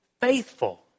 faithful